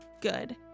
good